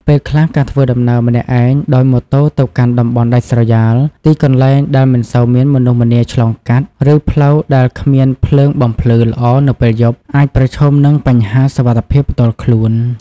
ពេលខ្លះ ការធ្វើដំណើរម្នាក់ឯងដោយម៉ូតូទៅកាន់ តំបន់ដាច់ស្រយាល ទីកន្លែងដែលមិនសូវមានមនុស្សម្នាឆ្លងកាត់ ឬផ្លូវលំដែលគ្មានភ្លើងបំភ្លឺល្អនៅពេលយប់ អាចប្រឈមនឹង បញ្ហាសុវត្ថិភាពផ្ទាល់ខ្លួន។